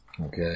Okay